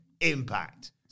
Impact